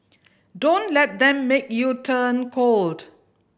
don't let them make you turn cold